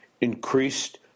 increased